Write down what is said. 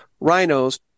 rhinos